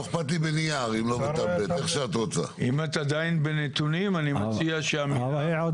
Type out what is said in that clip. לא אכפת לי בנייר, אם לא בטאבלט, איך שאת רוצה.